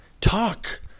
Talk